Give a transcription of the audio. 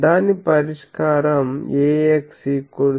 దాని పరిష్కారం